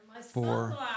four